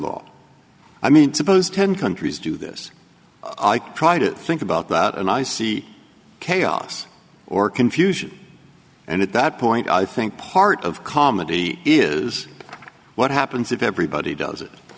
law i mean suppose ten countries do this i try to think about that and i see chaos or confusion and at that point i think part of comedy is what happens if everybody does it